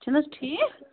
چھُنَہ حظ ٹھیٖک